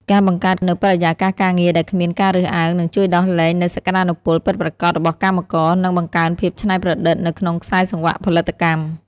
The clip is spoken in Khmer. ការបង្កើតនូវបរិយាកាសការងារដែលគ្មានការរើសអើង នឹងជួយដោះលែងនូវសក្ដានុពលពិតប្រាកដរបស់កម្មករ និងបង្កើនភាពច្នៃប្រឌិតនៅក្នុងខ្សែសង្វាក់ផលិតកម្ម។